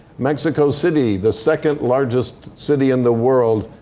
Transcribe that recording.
mexico city, the second largest city in the world,